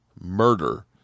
murder